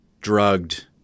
drugged